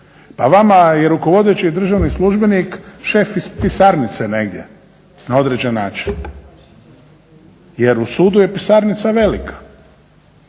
Pa vama i rukovodeći državni službenik šef iz pisarnice negdje na određen način. Jer u sudu je pisarnica velika